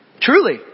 Truly